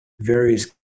various